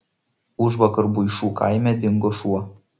užvakar buišų kaime dingo šuo